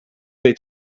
they